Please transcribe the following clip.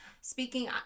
Speaking